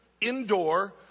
indoor